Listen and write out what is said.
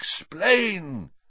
explain